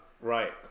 Right